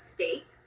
State